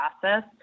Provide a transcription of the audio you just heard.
process